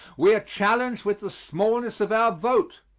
we are challenged with the smallness of our vote.